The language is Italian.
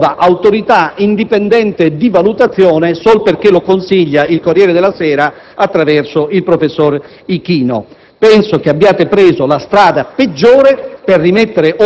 ad una nuova Autorità indipendente di valutazione solo perché lo consiglia il "Corriere della Sera" attraverso il professor Ichino. Penso che abbiate preso la strada peggiore